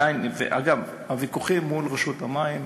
ואגב, הוויכוחים מול רשות המים